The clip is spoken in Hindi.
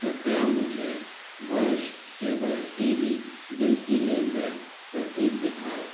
कृपया मुझे वर्ष केबल टीवी बिल की लेन देन रसीद दिखाएँ